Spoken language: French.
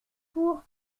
pour